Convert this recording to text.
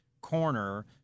corner –